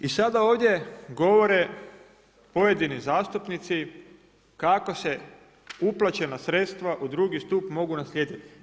I sada ovdje govore pojedini zastupnici kako se uplaćena sredstva u II stup mogu naslijediti.